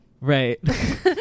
right